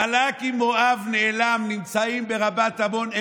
בלק עם מואב נעלם, הם נמצאים ברבת עמון.